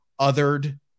othered